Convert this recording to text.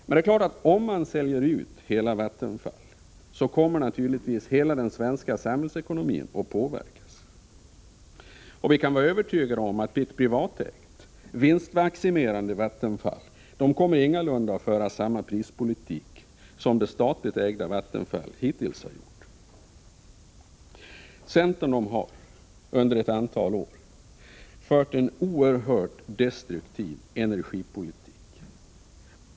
Men det är klart att om man säljer ut hela Vattenfall kommer naturligtvis hela den svenska samhällsekonomin att påverkas. Vi kan vara övertygade om att ett privatägt vinstmaximerande Vattenfall ingalunda kommer att föra samma prispolitik som det statligt ägda Vattenfall hittills har gjort. Centern har under ett antal år fört en oerhört destruktiv energipolitik.